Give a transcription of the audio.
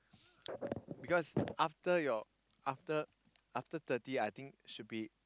because after your after after thirty I think should be